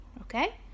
Okay